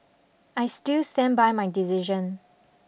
I still stand by my decision